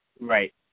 Right